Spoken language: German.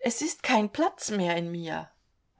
es ist kein platz mehr in mir